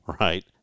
right